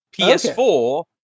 PS4